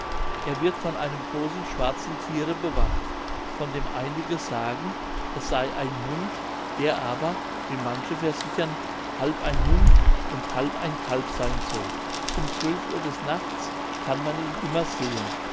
er wird von einem großen schwarzen thiere bewacht von dem einige sagen es sey ein hund der aber wie manche versichern halb ein hund und halb ein kalb seyn soll um zwölf uhr des nachts kann man ihn immer sehen